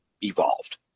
evolved